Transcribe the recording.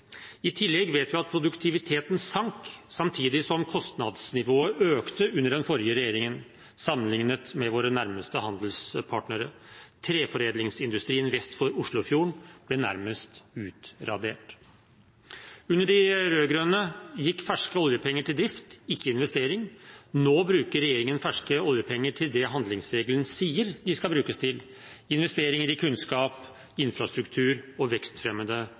I tillegg vet vi at produktiviteten sank samtidig som kostnadsnivået økte under den forrige regjeringen, sammenlignet med våre nærmeste handelspartnere. Treforedlingsindustrien vest for Oslofjorden ble nærmest utradert. Under de rød-grønne gikk ferske oljepenger til drift, ikke investering. Nå bruker regjeringen ferske oljepenger til det handlingsregelen sier de skal brukes til: investeringer i kunnskap, infrastruktur og